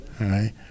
Right